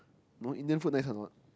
no Indian food nice or not